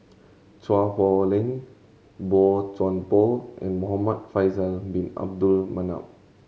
Chua Poh Leng Boey Chuan Poh and Muhamad Faisal Bin Abdul Manap